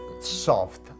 soft